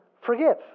Forgive